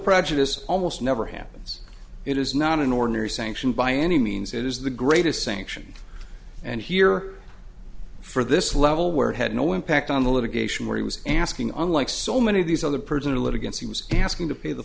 prejudice almost never happens it is not an ordinary sanction by any means it is the greatest sanction and here for this level where it had no impact on the litigation where he was asking unlike so many of these other person a litigant c was asking to pay the